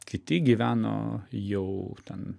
kiti gyveno jau ten